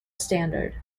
standard